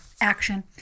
action